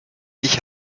ich